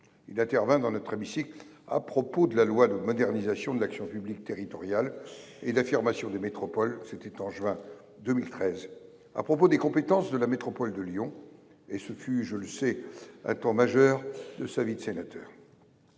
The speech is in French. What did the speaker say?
le cadre de l’examen du projet de loi de modernisation de l’action publique territoriale et d’affirmation des métropoles, en juin 2013, à propos des compétences de la métropole de Lyon ; ce fut, je le sais, un temps majeur de sa vie de sénateur.